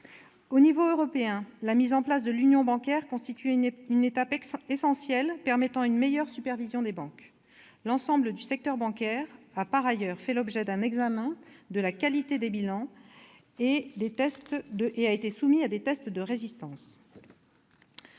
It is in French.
Au niveau européen, la mise en place de l'union bancaire constitue une étape essentielle permettant une meilleure supervision des banques. L'ensemble du secteur bancaire a par ailleurs fait l'objet d'un examen de la qualité des bilans et a été soumis à des tests de résistance.